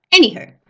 Anywho